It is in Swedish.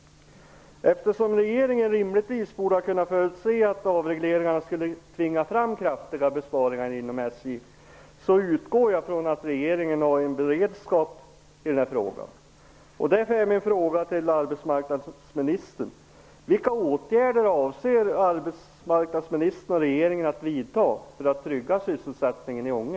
Eftersom regeringen rimligtvis borde ha kunnat förutse att avregleringarna skulle tvinga fram kraftiga besparingar inom SJ, utgår jag ifrån att regeringen har en beredskap. Därför är min fråga till arbetsmarknadsministern: Vilka åtgärder avser arbetsmarknadsministern och regeringen att vidta för att trygga sysselsättningen i Ånge?